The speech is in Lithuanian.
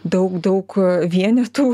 daug daug vienetų